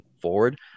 forward